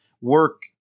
work